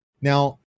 Now